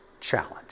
challenge